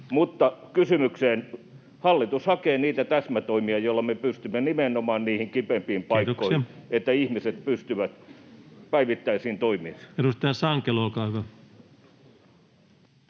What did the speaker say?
Mutta kysymykseen: hallitus hakee niitä täsmätoimia, joilla me pystymme puuttumaan nimenomaan niihin kipeimpiin paikkoihin, [Puhemies: Kiitoksia!] että ihmiset pystyvät päivittäisiin toimiinsa. Edustaja Sankelo, olkaa hyvä.